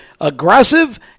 aggressive